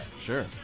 sure